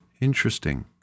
Interesting